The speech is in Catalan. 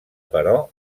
però